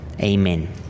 amen